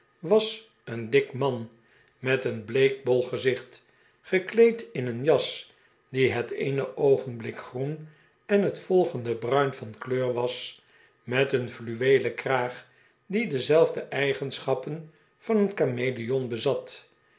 was een dik man met een bleek bol gezicht gekleed in een jas die het eene oogenblik groen en het volgende bruin van kleur was met een fluweelen kraag die dezelf de eigenschappen van een kameleon bezat